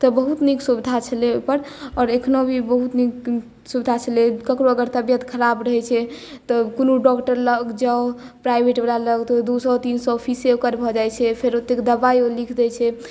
ओतय बहुत नीक सुविधा छलै ओकर आओर एखनो भी बहुत नीक सुविधा छलै ककरो अगर तबियत खराब रहैत छै तऽ कोनो डॉक्टर लग जाउ प्राइवेटवला लग तऽ ओ दू सए तीन सए फीसे ओकर भऽ जाइत छै फेर ओतेक दबाइ ओ लिख दैत छै